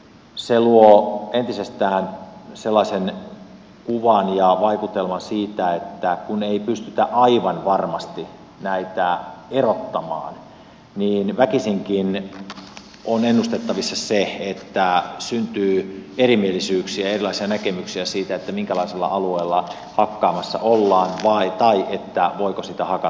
se luo entisestään sellaisen kuvan ja vaikutelman siitä että kun ei pystytä aivan varmasti näitä erottamaan niin väkisinkin on ennustettavissa se että syntyy erimielisyyksiä ja erilaisia näkemyksiä siitä minkälaisella alueella hakkaamassa ollaan tai voiko sitä hakata vai ei